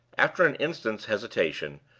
after an instant's hesitation,